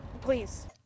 Please